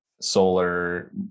solar